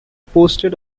posted